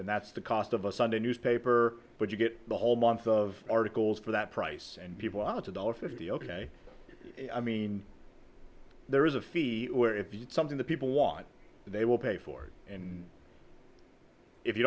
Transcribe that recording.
and that's the cost of a sunday newspaper but you get the whole month of articles for that price and people it's a dollar fifty ok i mean there is a fee where if you get something that people want and they will pay for and if you